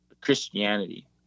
christianity